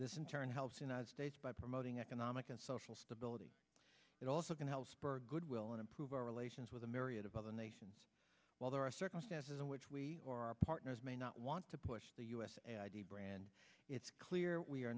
in turn helps united states by promoting economic and social stability it also can help spur goodwill and improve our relations with a myriad of other nations while there are circumstances in which we or our partners may not want to push the u s and id brand it's clear we are